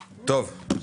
הבנתי.